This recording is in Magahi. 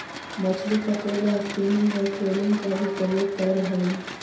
मछली पकड़े ला स्पिनिंग और ट्रोलिंग का भी प्रयोग करल हई